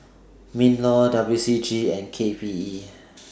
MINLAW W C G and K P E